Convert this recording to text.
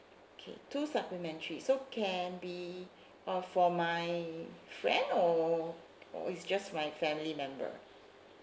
okay two supplementary so can be or for my friend or or is just my family member